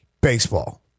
baseball